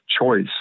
choice